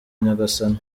nyagasani